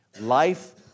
Life